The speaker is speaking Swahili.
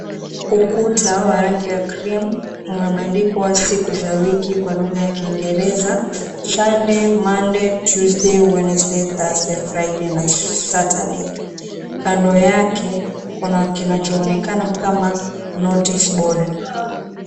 Ukuta wa rangi ya cream umebandikwa siku za wiki kwa lugha ya kiingereza, Sunday, Monday, Tuesday, Wednesday, Thursday, Friday na Saturday . Kando yake kuna kinachoonekana kama notice board .